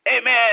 Amen